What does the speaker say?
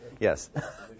Yes